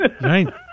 Right